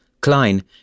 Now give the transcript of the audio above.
Klein